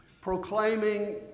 proclaiming